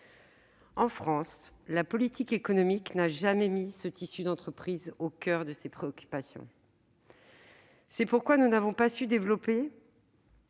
En France, la politique économique n'a jamais mis ce tissu d'entreprises au coeur de ses préoccupations. C'est pourquoi nous n'avons pas su développer